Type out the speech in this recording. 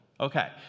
Okay